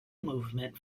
movement